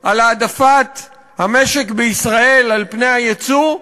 על העדפת המשק בישראל על פני היצוא?